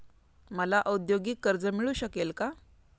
मला औद्योगिक कर्ज मिळू शकेल का?